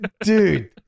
Dude